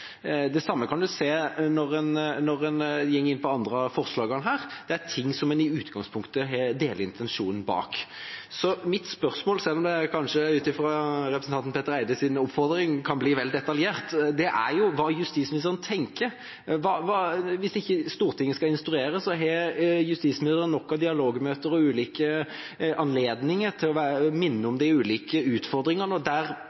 Det samme kan man se når en går inn på andre av forslagene her, at det er ting som en i utgangspunktet deler intensjonen bak. Så mitt spørsmål, selv om det etter representanten Petter Eides oppfordring kan bli vel detaljert, er: Hva tenker justisministeren? Hvis Stortinget ikke skal instruere, har justisministeren nok av dialogmøter og ulike anledninger til å minne om de ulike utfordringene? Flertallet i denne salen har vært med på et forlik som hadde gode intensjoner, og